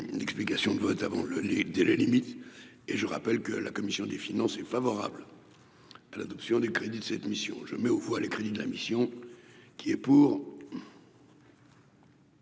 d'explication de vote avant le les deux la limite et je rappelle que la commission des finances, est favorable à l'adoption des crédits de cette mission je mets aux voix les crédits de la mission qui est pour.